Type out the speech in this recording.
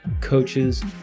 coaches